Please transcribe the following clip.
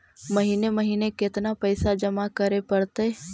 महिने महिने केतना पैसा जमा करे पड़तै?